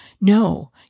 No